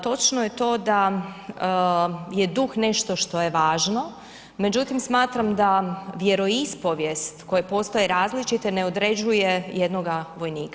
Točno je to da je duh nešto što je važno, međutim, smatram da vjeroispovijest koje postoje različite ne određuje jednoga vojnika.